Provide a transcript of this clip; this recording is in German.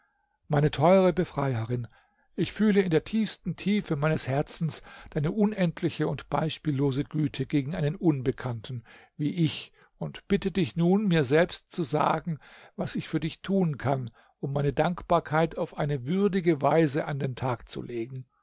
meine teure befreierin ich fühle in der tiefsten tiefe meines herzens deine unendliche und beispiellose güte gegen einen unbekannten wie ich und bitte dich nun mir selbst zu sagen was ich für dich tun kann um meine dankbarkeit auf eine würdige weise an den tag zu legen